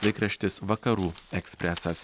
laikraštis vakarų ekspresas